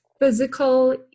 physical